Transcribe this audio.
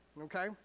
Okay